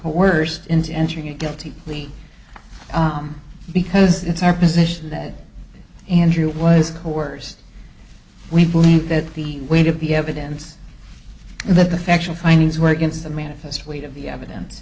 into entering a guilty plea because it's our position that andrew was coerced we believe that the weight of the evidence and the factual findings were against the manifest weight of the evidence